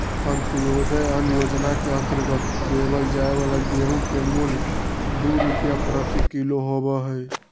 अंत्योदय अन्न योजना के अंतर्गत देवल जाये वाला गेहूं के मूल्य दु रुपीया प्रति किलो होबा हई